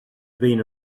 been